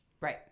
right